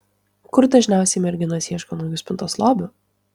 kur dažniausiai merginos ieško naujų spintos lobių